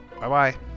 Bye-bye